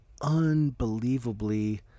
unbelievably